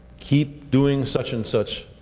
keep doing such and such,